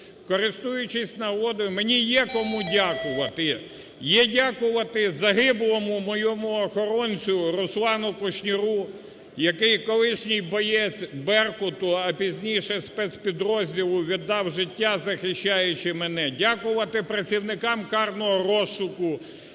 Користуючись нагодою, мені є кому дякувати: є дякувати загиблому моєму охоронцю Руслану Кушніру, який колишній боєць "Беркуту", а пізніше спецпідрозділу, – віддав життя, захищаючи мене; дякувати працівникам карного розшуку,